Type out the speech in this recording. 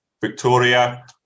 Victoria